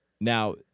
Now